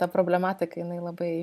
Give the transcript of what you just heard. ta problematika jinai labai